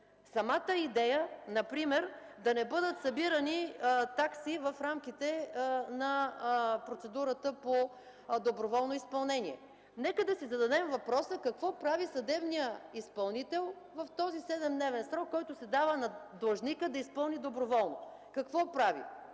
Самата идея, например, да не бъдат събирани такси в рамките на процедурата по доброволно изпълнение. Нека да си зададем въпроса какво прави съдебният изпълнител в този 7-дневен срок, който се дава на длъжника да изпълни доброволно. Какво прави?